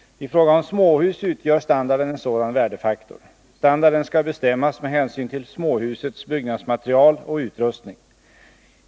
I fråga om småhus utgör standarden en sådan värdefaktor. Standarden skall bestämmas med hänsyn till småhusets byggnadsmaterial och utrustning.